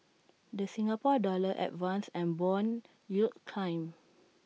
the Singapore dollar advanced and Bond yields climbed